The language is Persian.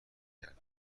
کرد